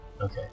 Okay